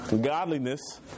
godliness